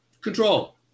Control